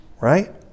right